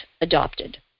adopted